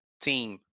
team